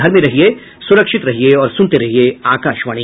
घर में रहिये सुरक्षित रहिये और सुनते रहिये आकाशवाणी